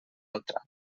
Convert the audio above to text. altra